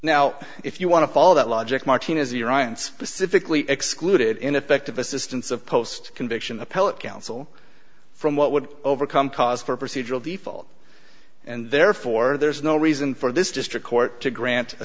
now if you want to follow that logic martinez the ryan specifically excluded ineffective assistance of post conviction appellate counsel from what would overcome cause for procedural default and therefore there's no reason for this district court to grant